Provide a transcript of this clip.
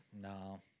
No